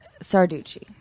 Sarducci